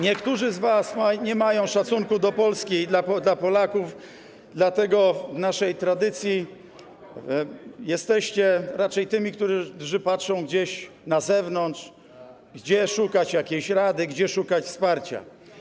Niektórzy z was nie mają szacunku do Polski i do Polaków, dlatego w naszej tradycji jesteście raczej tymi, którzy patrzą gdzieś na zewnątrz, szukać jakiejś rady, szukać wsparcia.